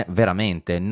veramente